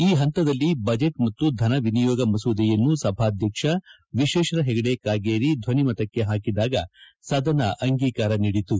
ಈ ಹಂತದಲ್ಲಿ ಬಜೆಟ್ ಮತ್ನು ಧನವಿಯೋಗ ಮಸೂದೆಯನ್ನು ಸಭಾಧ್ಯಕ್ಷ ವಿಶ್ವೇಶ್ವರ ಹೆಗಡೆ ಕಾಗೇರಿ ಧ್ಲನಿಮತಕ್ಕೆ ಹಾಕಿದಾಗ ಸದನ ಅಂಗೀಕಾರ ನೀಡಿತು